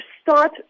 Start